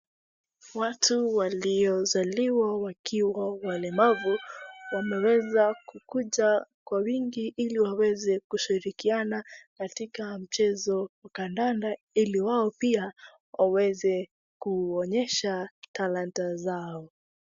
Watu waliozaliwa wakiwa walemavu wameweza kukuja kwa wingi ili waweze kushirikiana katika michezo ya kadanda ili wao pia waweze kuonyesha talanta zao.